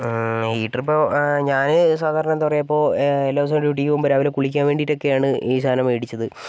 heater ഇപ്പോൾ ഞാൻ സാധാരണ എന്താണ് പറയുക ഇപ്പോൾ എല്ലാ ദിവസവും ഡ്യൂട്ടിക്ക് പോകുമ്പോൾ രാവിലെ കുളിക്കാൻ വേണ്ടിയിട്ടൊക്കെയാണ് ഈ സാധനം മേടിച്ചത്